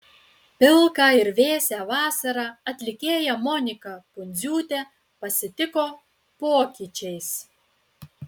pilką ir vėsią vasarą atlikėja monika pundziūtė pasitiko pokyčiais